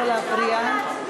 לא להפריע.